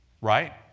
Right